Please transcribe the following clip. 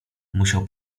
musiał